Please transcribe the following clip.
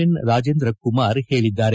N Rajendra Kumar ಹೇಳಿದ್ದಾರೆ